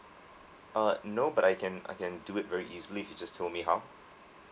ah no but I can I can do it very easily if you just told me how